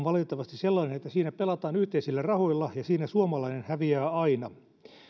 valitettavasti sellainen että siinä pelataan yhteisillä rahoilla ja siinä suomalainen häviää aina